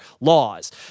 laws